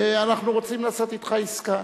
אנחנו רוצים לעשות אתך עסקה.